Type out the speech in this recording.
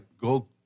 gold